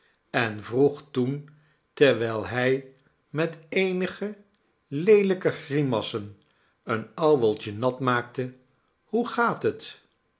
en vroeg toen terwijl hy met eenige leelijke grimassen een ouweltje nat maakte hoe gaat het